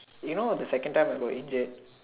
you know of the second time I got injured